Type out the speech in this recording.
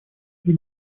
при